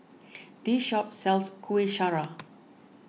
this shop sells Kuih Syara